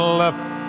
left